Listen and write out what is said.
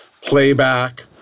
playback